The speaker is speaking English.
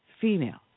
female